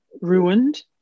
ruined